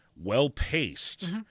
well-paced